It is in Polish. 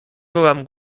byłam